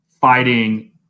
fighting